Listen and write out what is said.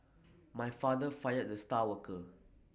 my father fired the star worker